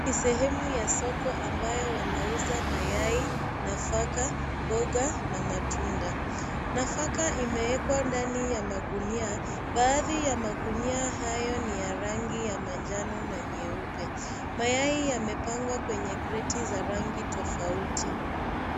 Ni sehemu ya soko ambayo wanauza mayai, nafaka, mboga na matunda. Nafaka imewekwa ndani ya magunia. Baadhi ya magunia hayo ni ya rangi ya manjano na nyeupe. Mayai yamepangwa kwenye kreti za rangi tofauti.